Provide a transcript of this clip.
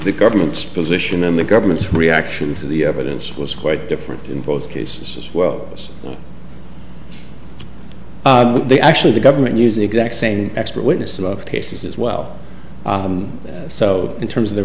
the government's position and the government's reaction to the evidence was quite different in both cases they actually the government used the exact same expert witness cases as well so in terms of the